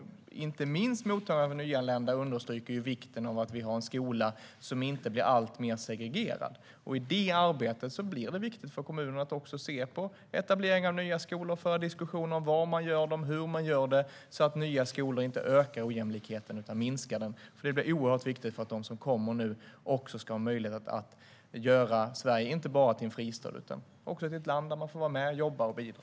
Inte minst mottagandet av nyanlända understryker vikten av att vi har en skola som inte blir alltmer segregerad. I det arbetet blir det viktigt för kommunerna att också se på etablering av nya skolor och föra diskussioner om var de ska vara och hur man ska göra det, så att nya skolor inte ökar ojämlikheten utan minskar den. Det är oerhört viktigt för att Sverige för dem som kommer nu inte bara ska vara en fristad utan också ett land där de får vara med, jobba och bidra.